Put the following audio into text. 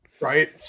right